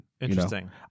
Interesting